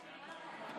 אחרי שאמרתי את כל הדברים